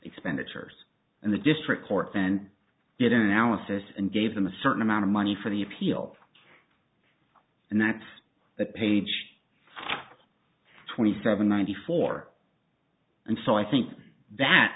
expenditures and the district court then did an analysis and gave them a certain amount of money for the appeal and that's that page twenty seven ninety four and so i think that